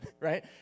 right